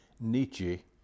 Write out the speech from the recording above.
Nietzsche